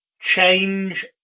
change